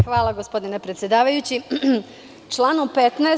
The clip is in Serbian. Hvala gospodine predsedavajući, članom 15.